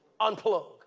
Unplug